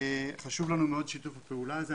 חשוב לנו מאוד שיתוף הפעולה הזה,